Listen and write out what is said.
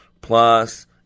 plus